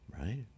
right